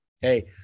hey